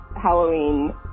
Halloween